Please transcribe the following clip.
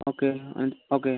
okay ആ okay